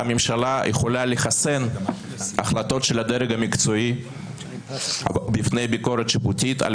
הממשלה יכולה "לחסן" החלטות של הדרג המקצועי מפני ביקורת שיפוטית על